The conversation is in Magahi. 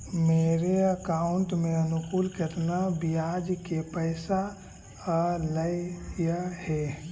मेरे अकाउंट में अनुकुल केतना बियाज के पैसा अलैयहे?